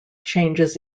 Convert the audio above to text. changes